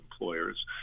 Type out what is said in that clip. employers